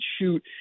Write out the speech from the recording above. shoot